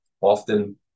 often